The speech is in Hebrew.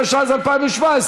התשע"ז 2017,